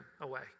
away